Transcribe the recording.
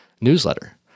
newsletter